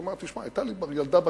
הוא אמר: תשמע, היתה לי ילדה בכיתה,